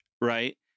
right